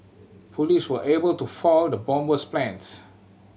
police were able to foil the bomber's plans